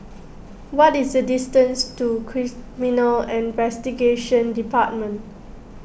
what is the distance to Criminal Investigation Department